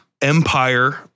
Empire